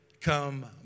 come